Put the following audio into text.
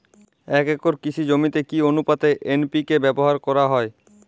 এক একর কৃষি জমিতে কি আনুপাতে এন.পি.কে ব্যবহার করা হয়?